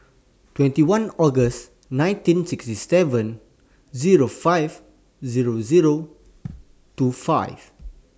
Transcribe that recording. twenty one August nineteen sixty seven Zero five Zero Zero two five